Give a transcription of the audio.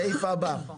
הסעיף הבא.